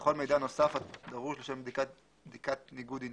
וכל מידע נוסף הדרוש לשם בדיקת ניגוד עניינים,